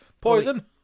Poison